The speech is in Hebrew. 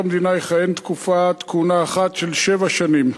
המדינה יכהן תקופת כהונה אחת של שבע שנים.